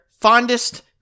fondest